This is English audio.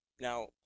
Now